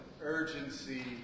urgency